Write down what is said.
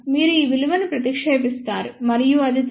మీరు ఈ విలువలను ప్రతిక్షేపిస్తారు మరియు అది 3